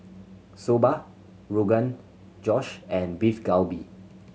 Soba Rogan Josh and Beef Galbi